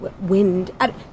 wind